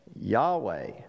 Yahweh